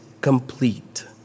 complete